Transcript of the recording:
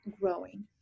growing